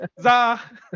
Za